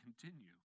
continue